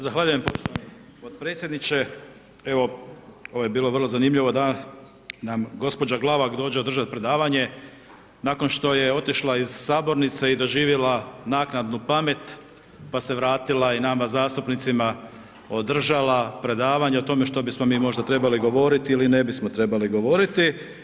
Zahvaljujem poštovani potpredsjedniče, evo ovo je bilo vrlo zanimljivo da nam gospođa Glavak dođe održati predavanje, nakon što je otišla iz sabornice i doživjela naknadnu pamet pa se vratila i nama zastupnicima održala predavanje o tome što bismo mi možda trebali govoriti ili ne bismo trebali govoriti.